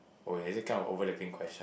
oh is it kind of overlapping question